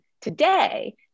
today